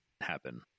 happen